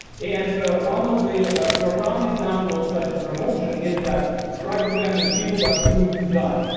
and one of the profound examples of such a promotion is that drug-dependent people are doomed to die.